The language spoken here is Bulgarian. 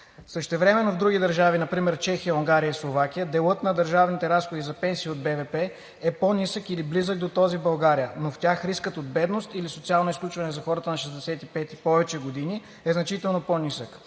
Същевременно, в други държави, например Чехия, Унгария и Словакия, делът на държавните разходи за пенсии от БВП е по-нисък или близък до този в България, но в тях рискът от бедност или социално изключване за хората на 65 и повече години е значително по-нисък,